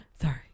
Sorry